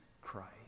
Christ